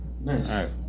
nice